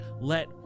let